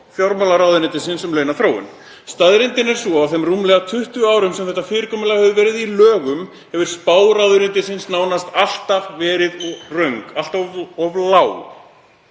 fjármálaráðuneytisins um launaþróun. Staðreyndin er sú að á þeim rúmlega 20 árum sem þetta fyrirkomulag hefur verið í lögum hefur spá ráðuneytisins nánast alltaf verið röng, alltaf of lág.